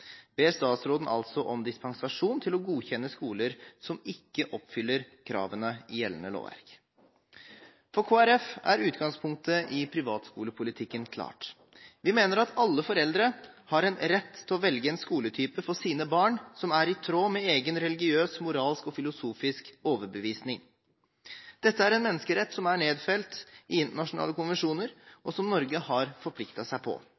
ber statsråden altså om dispensasjon til å godkjenne skoler som ikke oppfyller kravene i gjeldende lovverk. For Kristelig Folkeparti er utgangspunktet i privatskolepolitikken klart. Vi mener at alle foreldre har en rett til å velge en skoletype for sine barn som er i tråd med egen religiøs, moralsk og filosofisk overbevisning. Dette er en menneskerett som er nedfelt i internasjonale konvensjoner, og som Norge har forpliktet seg på.